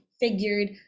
figured